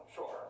Sure